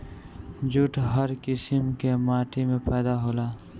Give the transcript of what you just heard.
jute हर किसिम के माटी में पैदा होला